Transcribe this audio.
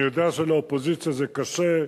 אני יודע שלאופוזיציה זה קשה,